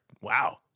wow